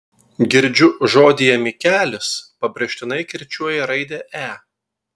girdžiu žodyje mikelis pabrėžtinai kirčiuoja raidę e